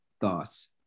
Thoughts